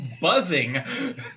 buzzing